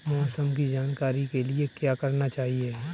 मौसम की जानकारी के लिए क्या करना चाहिए?